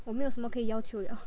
我没有什么可以要求了